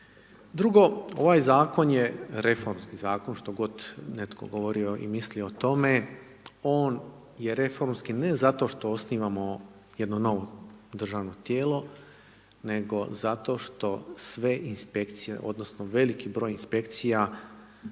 Drugo ovaj zakon je reformski zakon, što god netko govorio i mislio o tome, on je reformski, ne zato što osnovno jedno novo državno tijelo, nego zato što sve inspekcije, odnosno, veliki br. inspekcija